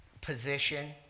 position